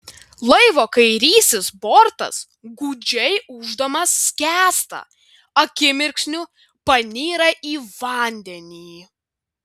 laivo kairysis bortas gūdžiai ūždamas skęsta akimirksniu panyra į vandenį